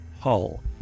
Hull